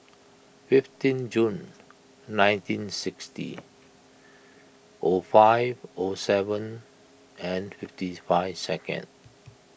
fifteen June nineteen sixty O five O seven and fifty's five second